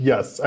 Yes